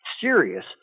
serious